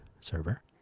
server